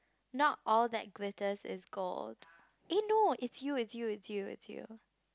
not all that glitters is gold eh no it's you it's you it's you it's you